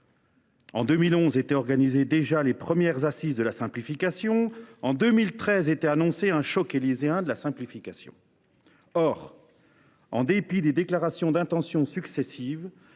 En 2011 étaient organisées les premières Assises de la simplification. En 2013 était annoncé un choc élyséen de la simplification. En dépit des déclarations d’intention successives,